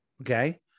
Okay